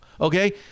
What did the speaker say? Okay